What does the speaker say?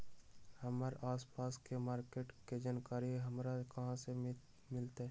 हमर आसपास के मार्किट के जानकारी हमरा कहाँ से मिताई?